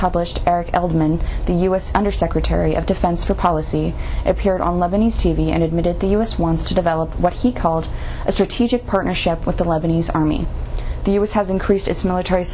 published eric edelman the u s undersecretary of defense for policy appeared on lebanese t v and admitted the u s wants to develop what he called a strategic partnership with the lebanese army the us has increased its military